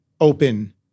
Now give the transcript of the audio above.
open